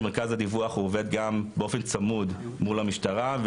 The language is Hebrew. שמרכז הדיווח עובד באופן צמוד מול המשטרה,